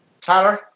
Tyler